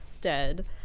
dead